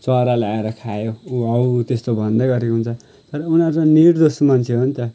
चराले आएर खायो ऊ अब त्यस्तो भन्दै गरेको हुन्छ तर उनीहरू त निर्दोष मान्छे हो नि त